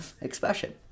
expression